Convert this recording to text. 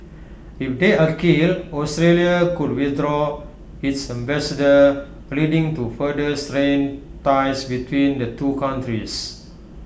if they are killed Australia could withdraw its ambassador leading to further strained ties between the two countries